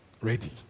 Ready